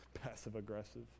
passive-aggressive